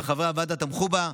וחברי הוועדה תמכו בה,